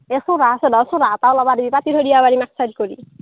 এক ছাইড কৰি